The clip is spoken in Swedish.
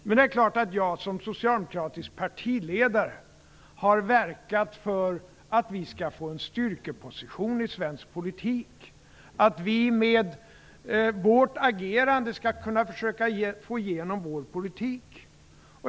Men det är klart att jag som socialdemokratisk partiledare har verkat för att vi skall få en styrkeposition i svensk politik, att vi med vårt agerande skall försöka få igenom vår politik.